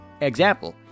example